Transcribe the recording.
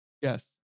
yes